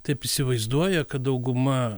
taip įsivaizduoja kad dauguma